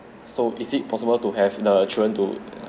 so is it possible to have the children to